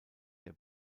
der